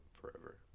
forever